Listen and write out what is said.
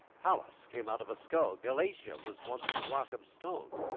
pallas came out of a skull. galatea was once a block of stone.